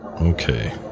Okay